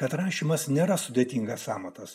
kad rašymas nėra sudėtingas amatas